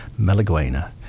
Malaguena